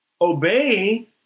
obey